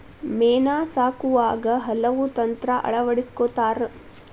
ಮೇನಾ ಸಾಕುವಾಗ ಹಲವು ತಂತ್ರಾ ಅಳವಡಸ್ಕೊತಾರ